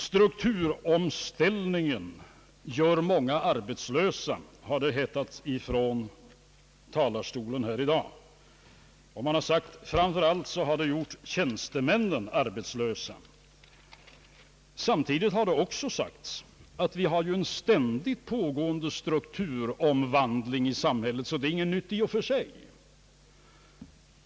»Strukturomställningen gör många arbetslösa», har det hetat från talarstolen här i dag, och det har sagts att omställningen framför allt gjort tjänstemännen arbetslösa. Samtidigt har det också sagts, att vi har en ständigt pågående strukturomvandling i samhället, så det är inte något nytt i och för sig.